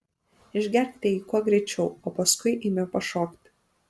išgerkite jį kuo greičiau o paskui eime pašokti